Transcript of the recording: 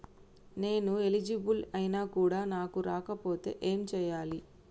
నేను ఎలిజిబుల్ ఐనా కూడా నాకు రాకపోతే ఏం చేయాలి?